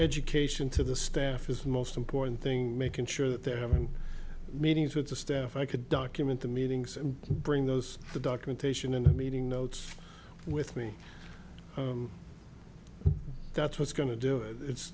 education to the staff is most important thing making sure that they're having meetings with the staff i could document the meetings and bring those the documentation in the meeting notes with me that's what's going to do it it's